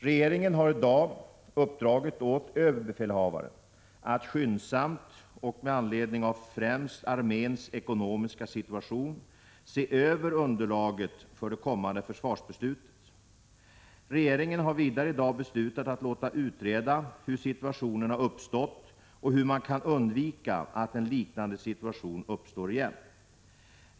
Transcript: Regeringen har i dag uppdragit åt överbefälhavaren att skyndsamt och med anledning av främst arméns ekonomiska situation se över underlaget för det kommande försvarsbeslutet. Regeringen har vidare i dag beslutat att låta utreda hur situationen har uppstått och hur man kan undvika att en liknande situation uppstår igen.